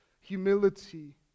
humility